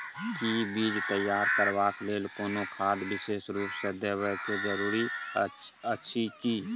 कि बीज तैयार करबाक लेल कोनो खाद विशेष रूप स देबै के जरूरी अछि की?